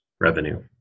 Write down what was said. revenue